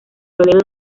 toledo